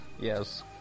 Yes